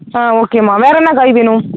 ஆ ஓகேம்மா வேறு என்ன காய் வேணும்